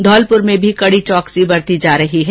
धौलपुर में भी कड़ी चौकसी बरती जा रही है